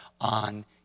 on